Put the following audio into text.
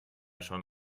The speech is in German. schon